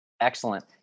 excellent